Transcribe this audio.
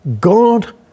God